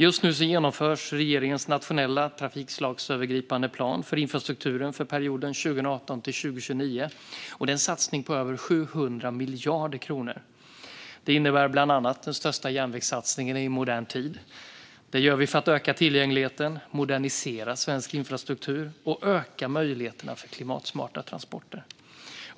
Just nu genomförs regeringens nationella trafikslagsövergripande plan för infrastrukturen för perioden 2018-2029, en satsning på över 700 miljarder kronor. Det innebär bland annat den största järnvägssatsningen i modern tid. Det gör vi för att öka tillgängligheten, modernisera svensk infrastruktur och öka möjligheterna för klimatsmarta transporter.